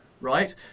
right